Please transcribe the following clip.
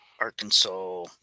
arkansas